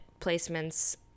placements